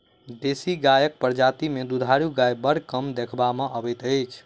देशी गायक प्रजाति मे दूधारू गाय बड़ कम देखबा मे अबैत अछि